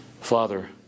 Father